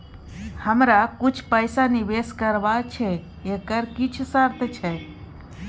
हमरा कुछ पैसा निवेश करबा छै एकर किछ शर्त छै?